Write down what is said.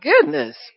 goodness